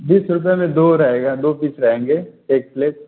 बीस रुपये में दो रहेगा दो पीस रहेंगे एक प्लेट